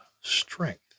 strength